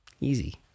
Easy